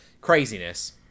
craziness